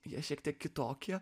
jie šiek tiek kitokie